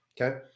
Okay